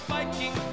Viking